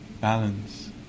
balance